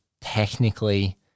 technically